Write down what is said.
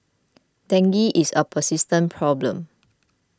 dengue is a persistent problem